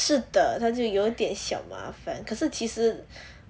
是的她就有点小麻烦可是其实